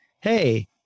hey